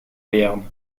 béarn